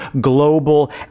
global